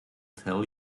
tell